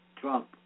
Trump